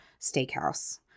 steakhouse